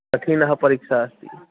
कठिना परीक्षा अस्ति